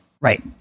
Right